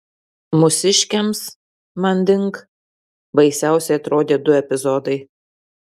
mūsiškiams manding baisiausi atrodė du epizodai